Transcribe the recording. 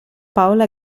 paola